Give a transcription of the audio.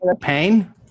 pain